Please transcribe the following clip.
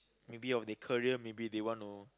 maybe of the career maybe they want to